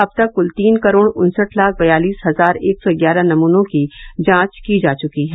अब तक कुल तीन करोड़ उन्सठ लाख बयालीस हजार एक सौ ग्यारह नमूनों की जांच की जा चुकी है